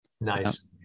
nice